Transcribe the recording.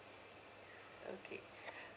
okay